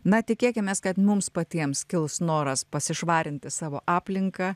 na tikėkimės kad mums patiems kils noras pasišvarinti savo aplinką